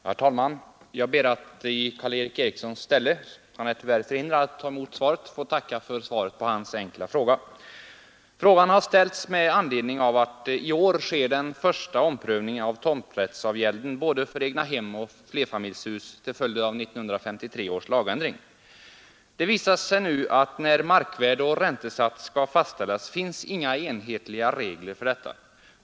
Herr talman! Jag ber att i Karl Erik Erikssons ställe — han är tyvärr förhindrad att själv ta emot svaret — få tacka för svaret på hans enkla fråga. Frågan har ställts med anledning av den omständigheten att i år sker den första omprövningen av tomträttsavgälden för både egnahem och flerfamiljshus till följd av 1953 års lagändring. Det visar sig nu att när markvärde och räntesats skall fastställas finns inga enhetliga regler för detta.